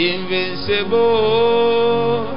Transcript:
Invincible